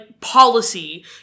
Policy